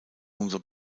umso